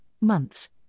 months